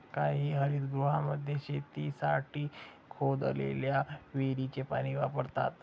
काही हरितगृहांमध्ये शेतीसाठी खोदलेल्या विहिरीचे पाणी वापरतात